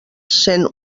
cent